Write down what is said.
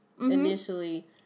initially